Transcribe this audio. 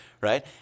right